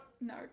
No